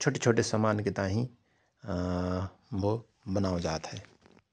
छोटे छोटे समानके ताहिँ बो बनाओ जात हय ।